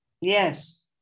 Yes